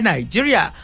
Nigeria